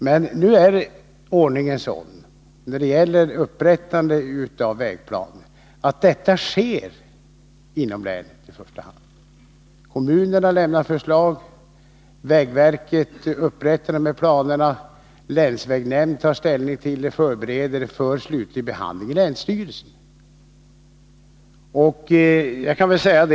Men ordningen när det gäller upprättande av vägplan är sådan att detta sker i första hand inom länet — kommunerna lämnar förslag, vägverket upprättar planerna, länsvägnämnden tar ställning och förbereder ärendet för slutlig behandling i länsstyrelsen.